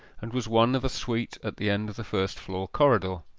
and was one of a suite at the end of the first-floor corridor.